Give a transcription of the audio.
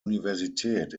universität